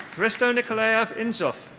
hristo nikolaev indzhov.